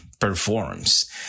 performs